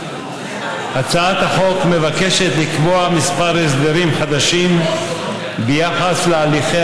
הצעת החוק מבקשת לקבוע כמה הסדרים חדשים ביחס להליכי